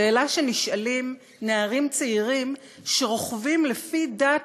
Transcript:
שאלה שנשאלים נערים צעירים שרוכבים לפי דעת